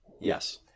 yes